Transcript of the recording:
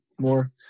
more